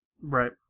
Right